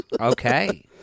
Okay